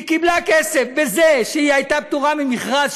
היא קיבלה כסף בזה שהיא הייתה פטורה ממכרז,